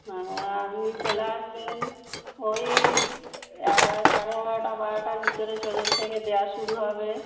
হ্যাঁ আপনি চলে আসবেন ওই এগা সাড়ে এগারোটা বারোটার ভিতরে চলে থেকে দেওয়া শুরু হবে